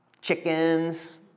chickens